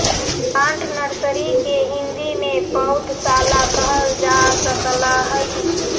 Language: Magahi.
प्लांट नर्सरी के हिंदी में पौधशाला कहल जा सकऽ हइ